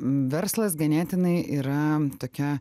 verslas ganėtinai yra tokia